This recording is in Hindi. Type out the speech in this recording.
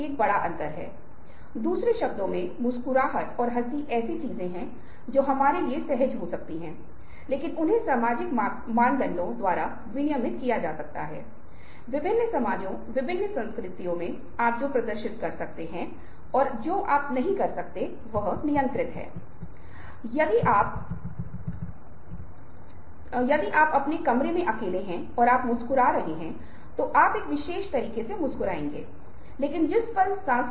तो यह उस अर्थ में एक व्यापक बात है क्योंकि हम एक दूसरे को मनाने की कोशिश कर रहे हैं मैं अपने बच्चे को पढ़ने के लिए मनाने की कोशिश कर रहा हूं मेरा बच्चा मुझे ना पढ़ने के लिए मना रहा है कोई मुझे फिल्म देखने के लिए मना रहा है कोई मुझे उपन्यास पढ़ने के लिए मना रहा है क्योंकि उसे लगता है कि यह एक बहुत ही रोमांचक उपन्यास है